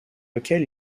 lequel